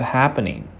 happening